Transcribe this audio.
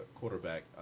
quarterback